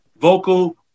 vocal